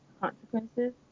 consequences